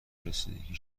رسیدگی